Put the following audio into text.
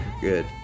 good